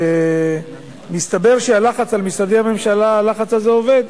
ומסתבר שהלחץ על משרדי הממשלה עובד.